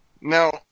Now